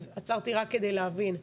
אז עצרתי רק כדי להבין.